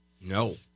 No